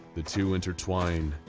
the two intertwine,